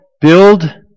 build